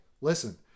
listen